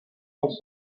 dans